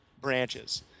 branches